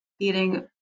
eating